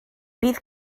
bydd